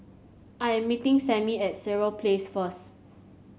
I am meeting Sammie at Sireh Place first